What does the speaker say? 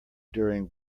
during